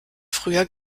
früher